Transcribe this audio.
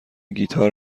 گیتار